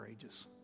courageous